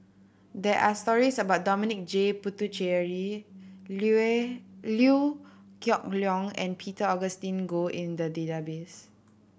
there are stories about Dominic J Puthucheary Liew Geok Leong and Peter Augustine Goh in the database